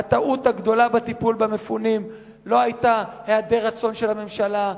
הטעות הגדולה בטיפול במפונים לא היתה היעדר רצון של הממשלה,